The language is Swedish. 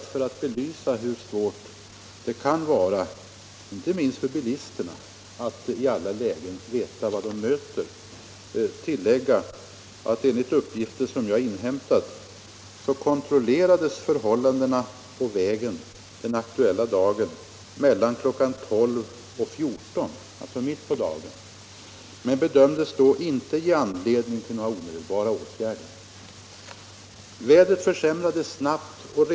För att belysa hur svårt det kan vara inte minst för bilisterna att i alla lägen veta vad de möter bör tilläggas att enligt uppgifter som jag inhämtat kontrollerades förhållandena på vägen den aktuella dagen mellan kl. 12 och 14 alltså mitt på dagen, men bedömdes då inte ge anledning till några omedelbara åtgärder. Vädret försämrades snabbt, och kl.